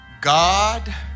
God